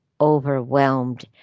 overwhelmed